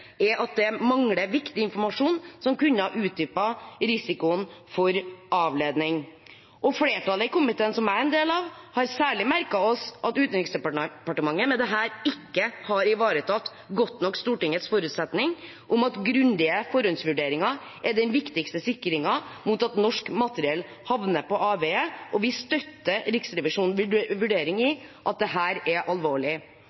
er at det mangler viktig informasjon som kunne ha utdypet risikoen for avledning. Flertallet i komiteen, som jeg er en del av, har særlig merket seg at Utenriksdepartementet med dette ikke har ivaretatt godt nok Stortingets forutsetning om at grundige forhåndsvurderinger er den viktigste sikringen mot at norsk materiell havner på avveie. Vi støtter Riksrevisjonens vurdering i at dette er alvorlig. Det siste punktet som Riksrevisjonen